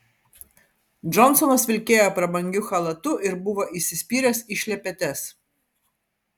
džonsonas vilkėjo prabangiu chalatu ir buvo įsispyręs į šlepetes